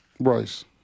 Bryce